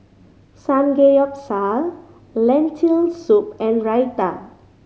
Samgeyopsal Lentil Soup and Raita